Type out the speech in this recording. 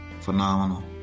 phenomenal